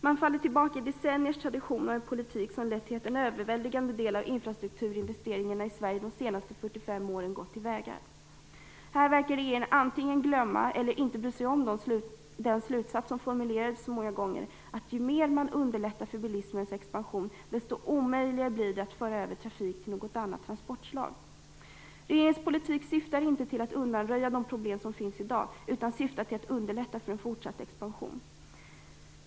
Den faller tillbaka i decenniers tradition av politik som lett till att en överväldigande del av infrastrukturinvesteringarna i Sverige under de senaste 45 åren gått till vägar. Det verkar som att regeringen antingen glömmer eller inte bryr sig om den slutsats som formulerats så många gånger: Ju mer man underlättar för bilismens expansion, desto omöjligare blir det att föra över trafik till något annat transportslag. Regeringens trafikpolitik syftar inte till att undanröja de problem som finns i dag - den syftar till att underlätta en fortsatt expansion.